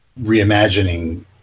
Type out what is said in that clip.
reimagining